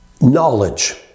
knowledge